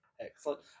Excellent